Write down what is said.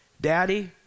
Daddy